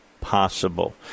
possible